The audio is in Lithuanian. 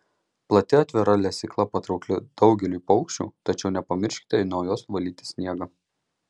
plati atvira lesykla patraukli daugeliui paukščių tačiau nepamirškite nuo jos valyti sniegą